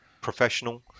professional